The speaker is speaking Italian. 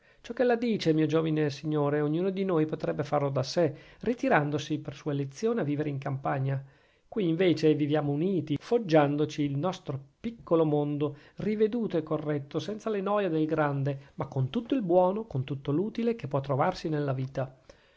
ciò ch'ella dice mio giovine signore ognuno di noi potrebbe farlo da sè ritirandosi per sua elezione a vivere in campagna qui invece viviamo uniti foggiandoci il nostro piccolo mondo riveduto e corretto senza le noie del grande ma con tutto il buono con tutto l'utile che può trovarsi nella vita